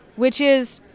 which is,